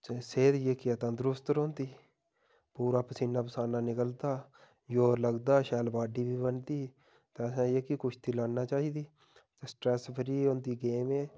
सेह्द जेह्की तंदरुस्त रौंह्दी पूरा परसीनां परसानां निकलदा जोर लगदा शैल बाडी बी बनदी ते असें जेह्की कुश्ती लड़नी चाहिदी ते स्ट्रैस फ्री होंदी गेम एह्